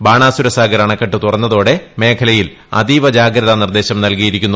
ബാണാസുരസാഗർ അണക്കെട്ട് തുറന്നതോടെ മേഖലയിൽ അതീവ ജാഗ്രതാ നിർദ്ദേശം നൽകിയിരിക്കുന്നു